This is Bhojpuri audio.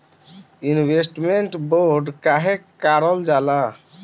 इन्वेस्टमेंट बोंड काहे कारल जाला?